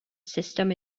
system